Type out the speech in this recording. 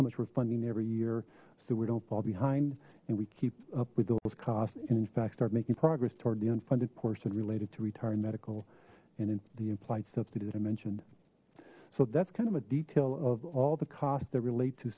how much we're funding every year so we don't fall behind and we keep up with those costs and in fact start making progress toward the unfunded portion related to retire medical and in the implied subsidy that i mentioned so that's kind of a detail of all the costs that relate to